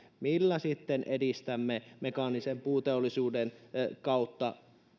millä sitten edistämme mekaanisen puuteollisuuden kautta